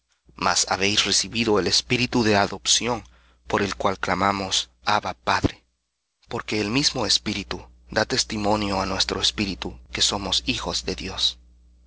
mas habéis recibido el espíritu de adopción por el cual clamamos abba padre porque el mismo espíritu da testimonio á nuestro espíritu que somos hijos de dios